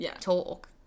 talk